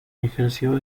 ejerció